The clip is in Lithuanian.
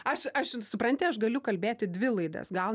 aš aš supranti aš galiu kalbėti dvi laidas gal